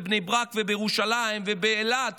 בבני ברק ובירושלים ובאלעד